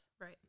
Right